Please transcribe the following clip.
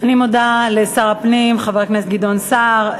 אני מודה לשר הפנים, חבר הכנסת גדעון סער.